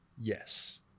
Yes